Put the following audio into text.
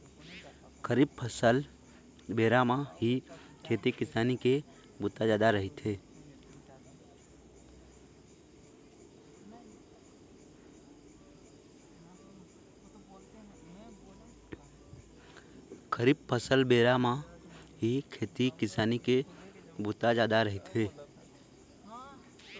खरीफ फसल बेरा म ही खेती किसानी के बूता जादा रहिथे